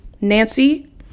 Nancy